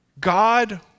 God